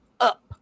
up